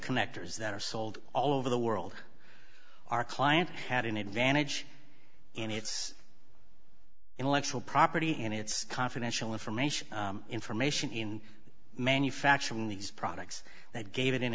connectors that are sold all over the world our client had an advantage in its intellectual property and its confidential information information in manufacturing these products that gave it